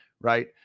Right